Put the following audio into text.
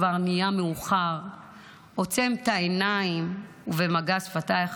כבר נהיה מאוחר / עוצם ת'עיניים ובמגע שפתייך